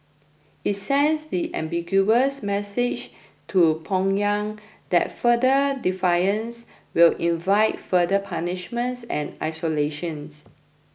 it sends the unambiguous message to Pyongyang that further defiance will invite further punishments and isolations